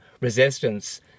resistance